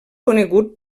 conegut